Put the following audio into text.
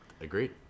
Agreed